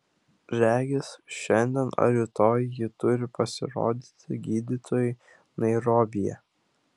regis šiandien ar rytoj ji turi pasirodyti gydytojui nairobyje